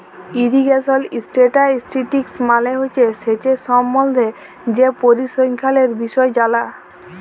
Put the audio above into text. irrigation statistics মালে হছে সেঁচের সম্বল্ধে যে পরিসংখ্যালের বিষয় জালা